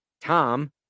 Tom